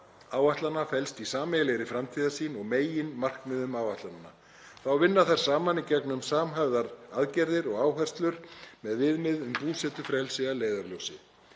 áætlana felst í sameiginlegri framtíðarsýn og meginmarkmiðum áætlananna. Þá vinna þær saman í gegnum samhæfðar aðgerðir og áherslur með viðmið um búsetufrelsi að leiðarljósi.